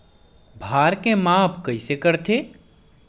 भार के माप कइसे करथे?